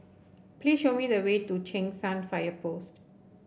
please show me the way to Cheng San Fire Post